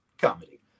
Comedy